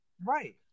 Right